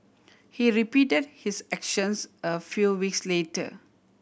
he repeated his actions a few weeks later